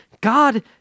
God